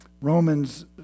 Romans